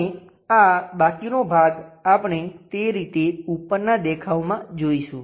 અને આ બાકીનો ભાગ આપણે તે રીતે ઉપરના દેખાવમાં જોઈશું